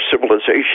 civilization